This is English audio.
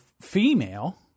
female